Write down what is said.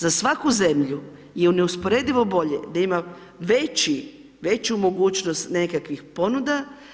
Za svaku zemlju je neusporedivo bolje da ima veći, veću mogućnost nekakvih ponuda.